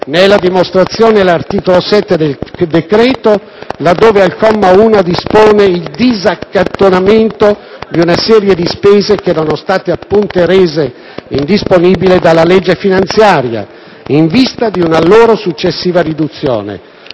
Ne è la dimostrazione l'articolo 7 del decreto, laddove, al comma 1, dispone il disaccantonamento di una serie di spese che erano state appunto rese indisponibili dalla legge finanziaria, in vista di una loro successiva riduzione